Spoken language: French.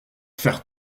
faire